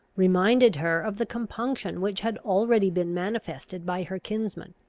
reminded her of the compunction which had already been manifested by her kinsman,